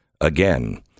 again